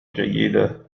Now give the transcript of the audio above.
جيدة